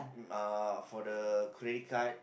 mm uh for the credit card